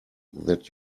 that